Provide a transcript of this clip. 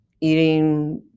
eating